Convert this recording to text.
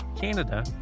Canada